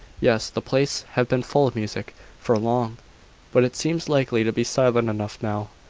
yes, the place has been full of music for long but it seems likely to be silent enough now.